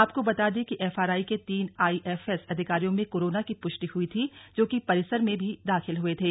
आपको बता दें कि एफआरआई के तीन आईएफएस अधिकारियों में कोरोना की प्ष्टि हई थी जो की परिसर में भी दाखिल हए थे